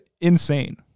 insane